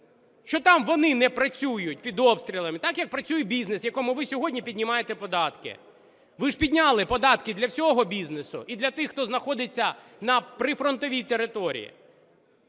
що там вони не працюють під обстрілами, так як працює бізнес, якому ви сьогодні піднімаєте податки? Ви ж підняли податки для всього бізнесу і для тих, хто знаходиться на прифронтовій території.